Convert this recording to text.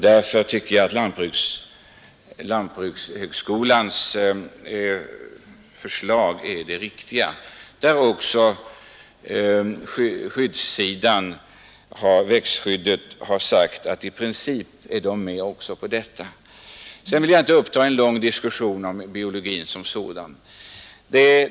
Därför tycker jag att lantbrukshögskolans förslag är det riktiga. Växtskyddsanstalten har sagt att man i princip är med på detta. Sedan vill jag inte uppta någon lång diskussion om biologisk odling.